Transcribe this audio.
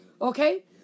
Okay